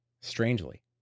strangely